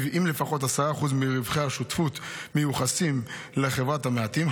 שלפיו אם לפחות 10% מרווחי השותפות מיוחסים לחברת המעטים,